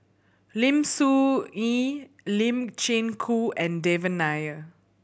Lim Soo Ngee Lee Chin Koon and Devan Nair